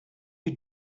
you